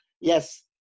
yes